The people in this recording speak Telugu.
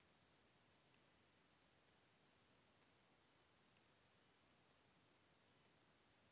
ఒకప్పుడు నాకు ఆర్కుట్ అకౌంట్ ఉండేది ఇప్పుడైతే పర్సనల్ గా ఒక ఫేస్ బుక్ అకౌంట్ కూడా ఉంది